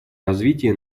развитие